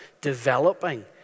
developing